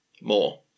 More